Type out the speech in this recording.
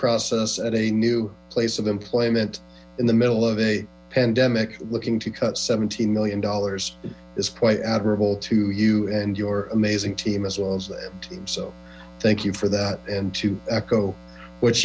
process at a new place of employment in the middle of a pandemic looking to cut seventeen million dollars it's quite admirable to you and your amazing team as well as the team so thank you for that and to echo what